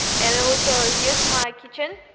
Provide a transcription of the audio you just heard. and and also here's my kitchen,